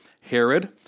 Herod